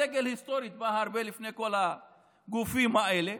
הדגל היסטורית בא הרבה לפני כל הגופים האלה,